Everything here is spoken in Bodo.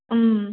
ओम